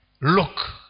look